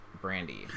Brandy